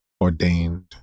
ordained